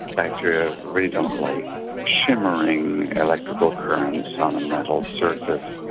bacteria really don't like shimmering electrical currents on a metal surface,